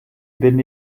bin